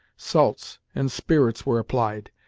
salts and spirits were applied,